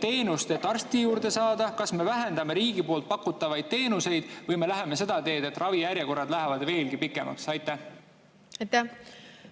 teenuste eest, et arsti juurde saada? Kas me vähendame riigi pakutavaid teenuseid? Või me läheme seda teed, et ravijärjekorrad lähevad veelgi pikemaks? Aitäh,